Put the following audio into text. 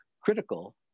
critical